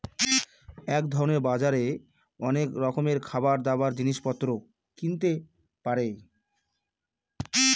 এক ধরনের বাজারে অনেক রকমের খাবার, দাবার, জিনিস পত্র কিনতে পারে